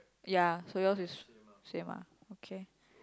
ya so yours is same ah okay